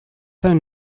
phone